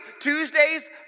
Tuesdays